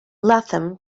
latham